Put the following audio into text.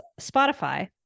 Spotify